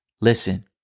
Listen